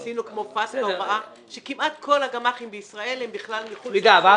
עשינו כמו --- שהראה שכמעט כל הגמ"חים בישראל הם בכלל מחוץ לזה.